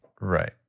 Right